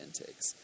intakes